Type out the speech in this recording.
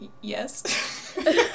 Yes